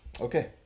Okay